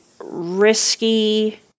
risky